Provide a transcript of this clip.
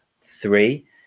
three